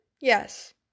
Yes